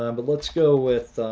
um but let's go with